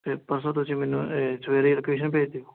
ਅਤੇ ਪਰਸੋਂ ਤੁਸੀਂ ਮੈਨੂੰ ਸਵੇਰੇ ਹੀ ਲੌਕੇਸ਼ਨ ਭੇਜ ਦਿਓ